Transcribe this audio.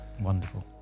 Wonderful